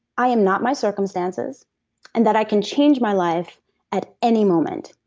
i am not my circumstances and that i can change my life at any moment.